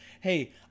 hey